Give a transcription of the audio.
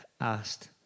asked